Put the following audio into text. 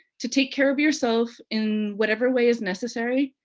to take care of yourself in whatever way is necessary,